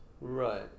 Right